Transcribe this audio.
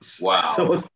Wow